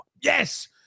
yes